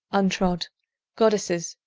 untrod goddesses,